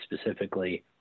specifically